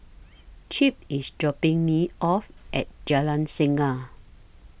Chip IS dropping Me off At Jalan Singa